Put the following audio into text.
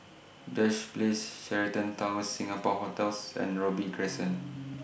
Duchess Place Sheraton Towers Singapore hotels and Robey Crescent